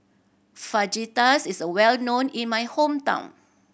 fajitas is well known in my hometown